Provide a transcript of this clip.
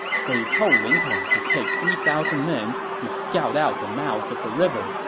so he told ling tong to take three thousand men to scout out the mouth of the river,